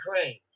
cranes